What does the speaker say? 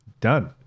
done